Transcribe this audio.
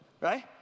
right